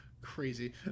crazy